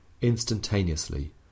instantaneously